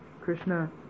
Krishna